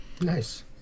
Nice